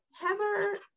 Heather